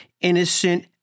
innocent